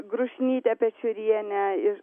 grušnytę pečiurienę iš